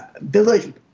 village